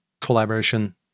collaboration